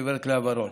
גב' לאה ורון.